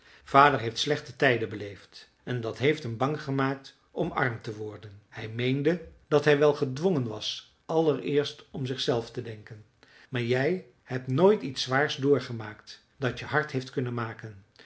vader heeft slechte tijden beleefd en dat heeft hem bang gemaakt om arm te worden hij meende dat hij wel gedwongen was allereerst om zichzelf te denken maar jij hebt nooit iets zwaars doorgemaakt dat je hard heeft kunnen maken